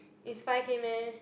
is five K meh